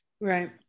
Right